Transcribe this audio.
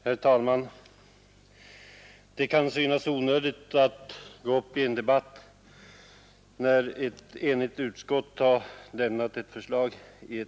Herr talman! Det kan synas onödigt att ta upp debatt i ett ärende där ett enigt utskott har lämnat sitt förslag.